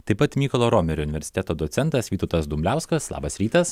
taip pat mykolo romerio universiteto docentas vytautas dumbliauskas labas rytas